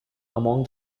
among